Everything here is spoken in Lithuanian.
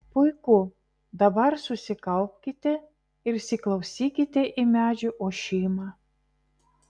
puiku dabar susikaupkite ir įsiklausykite į medžių ošimą